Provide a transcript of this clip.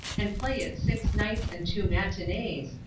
and play it six nights and two matinees,